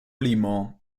limo